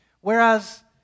Whereas